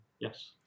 Yes